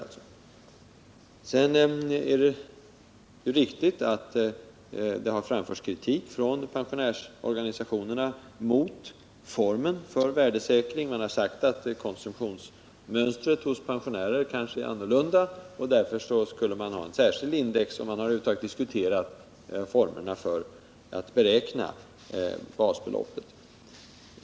Det är riktigt att det har framförts kritik från pensionärsorganisationerna mot formen för värdesäkring. Man har sagt att konsumtionsmönstret hos pensionärer är annorlunda och att det därför borde finnas ett särskilt index, och man har diskuterat formerna för att beräkna basbeloppet.